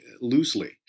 loosely